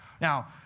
Now